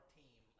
team